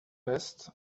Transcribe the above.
best